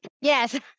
yes